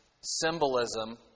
symbolism